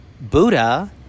Buddha